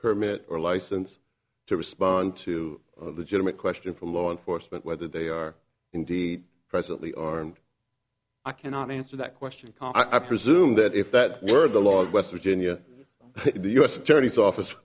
permit or license to respond to the general question from law enforcement whether they are indeed presently armed i cannot answer that question can i presume that if that were the law of west virginia the u s attorney's office